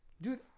Dude